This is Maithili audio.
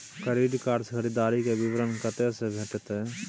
क्रेडिट कार्ड से खरीददारी के विवरण कत्ते से भेटतै?